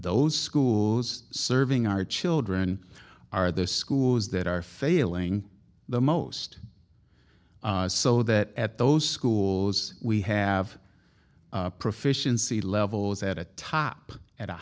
those schools serving our children are the schools that are failing the most so that at those schools we have proficiency levels at a top at a